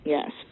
Yes